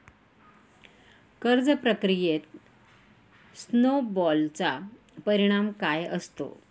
कर्ज प्रक्रियेत स्नो बॉलचा परिणाम काय असतो?